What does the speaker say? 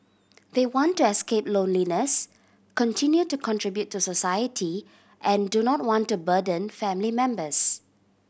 they want to escape loneliness continue to contribute to society and do not want to burden family members